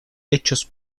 hechos